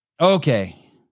Okay